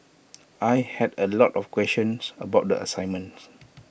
I had A lot of questions about the assignments